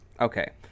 okay